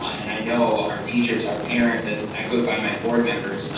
and i know our teachers, our parents, as echoed by my board members,